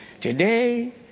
Today